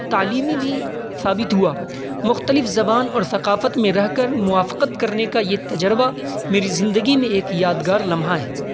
تعلیمی بھی ثابت ہوا مختلف زبان اور ثقافت میں رہ کر موافقت کرنے کا یہ تجربہ میری زندگی میں ایک یادگار لمحہ ہے